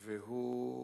והוא: